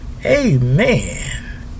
Amen